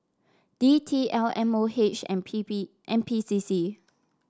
D T L M O H and N P B N P C C